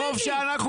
מה שאמרתי.